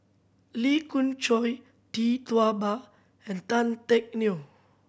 Lee Khoon Choy Tee Tua Ba and Tan Teck Neo